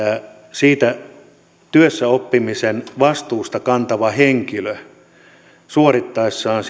siitä työssäoppimisesta vastuuta kantava henkilö suorittaessaan